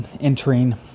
entering